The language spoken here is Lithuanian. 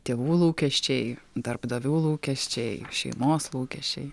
tėvų lūkesčiai darbdavių lūkesčiai šeimos lūkesčiai